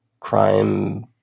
Crime